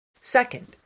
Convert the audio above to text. Second